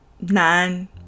nine